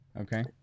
okay